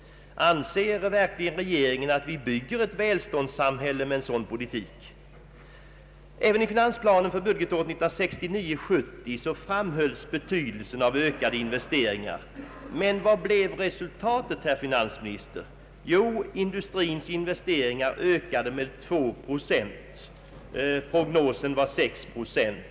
Anser verkligen regeringen att vi bygger ett välståndssamhälle med en sådan politik? även i finansplanen för budgetåret 1969/70 framhölls betydelsen av ökade investeringar. Men vad blev resultatet, herr finansminister? Jo, industrins investeringar ökade med 2 procent. Prognosen var 6 procent.